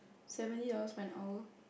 seventy dollars for an hour